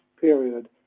period